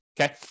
Okay